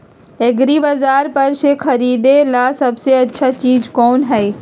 एग्रिबाजार पर से खरीदे ला सबसे अच्छा चीज कोन हई?